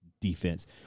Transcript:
defense